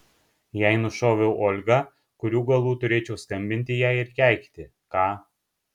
jei nušoviau olgą kurių galų turėčiau skambinti jai ir keikti ką